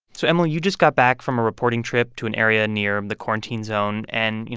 so emily, you just got back from a reporting trip to an area near um the quarantine zone. and you